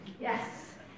Yes